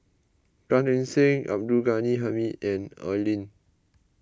Gan Eng Seng Abdul Ghani Hamid and Oi Lin